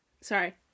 Sorry